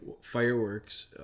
fireworks